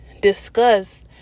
discuss